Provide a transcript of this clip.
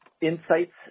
insights